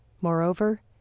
Moreover